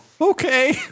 Okay